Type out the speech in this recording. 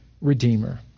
redeemer